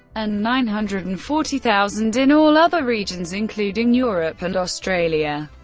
and nine hundred and forty thousand in all other regions including europe and australia.